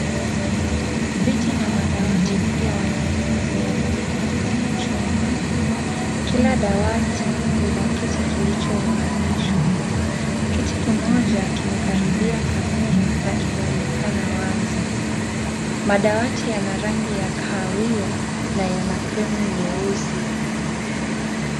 Viti na madawati mingi ya wanafunzi yamewekwa kwenye jumba, kila dawati Lina kiti kilichonunganishwa, kiti kimoja kimekaribia kamera na kinaonekana wazi, madawati yana rangi ya kahawia na yana fremu nyeusi.